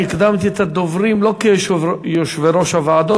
אני הקדמתי את הדוברים לא כיושבי-ראש הוועדות,